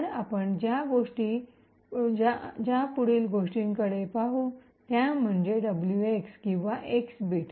तर आपण ज्या पुढील गोष्टीकडे पाहू त्या म्हणजे डब्ल्यूएक्स किंवा एक्स बिट